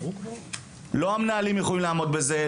לא המנהלים יכולים לעמוד בזה,